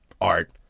Art